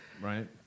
right